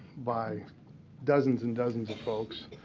by dozens and dozens of folks